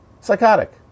Psychotic